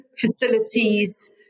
facilities